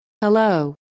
Hello